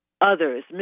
others